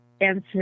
answer